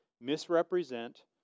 misrepresent